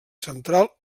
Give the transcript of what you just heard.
central